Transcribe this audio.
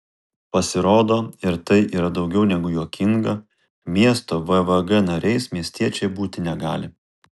pasirodo ir tai yra daugiau negu juokinga miesto vvg nariais miestiečiai būti negali